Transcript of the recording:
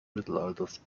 mittelalters